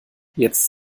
jetzt